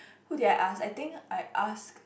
who did I ask I think I asked